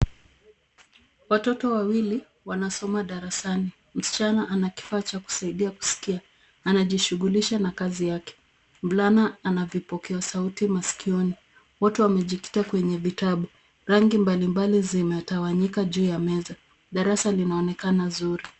Watoto wawili wanasoma darasani. Msichana ana kifaa cha kusaidia kusikia . Anajishughulisha na kazi yake. Mvulana ana vipokea sauti masikioni . Wote wamejikita kwenye vitabu. Rangi mbalimbali zimetawanyika juu ya meza. Darasa linaonekana zuri.